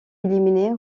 éliminée